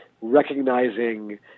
recognizing